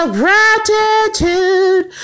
gratitude